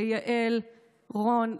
ליעל רון,